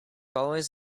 always